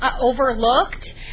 overlooked